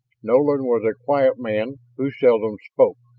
nolan was a quiet man who seldom spoke,